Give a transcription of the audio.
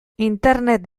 internet